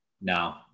No